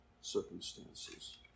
circumstances